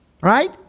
Right